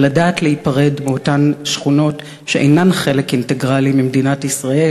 ולדעת להיפרד מאותן שכונות שאינן חלק אינטגרלי ממדינת ישראל.